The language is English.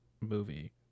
movie